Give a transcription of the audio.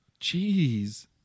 Jeez